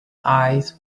eyes